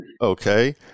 Okay